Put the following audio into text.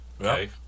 okay